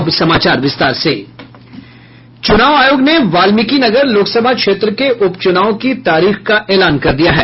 चुनाव आयोग ने वाल्मीकिनगर लोकसभा क्षेत्र के उपचुनाव की तारीखों का एलान कर दिया है